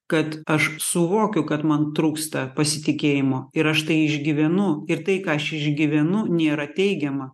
kad aš suvokiu kad man trūksta pasitikėjimo ir aš tai išgyvenu ir tai ką aš išgyvenu nėra teigiama